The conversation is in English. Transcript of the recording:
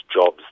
jobs